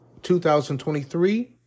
2023